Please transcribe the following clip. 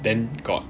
then got